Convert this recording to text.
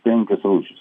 penkios rūšys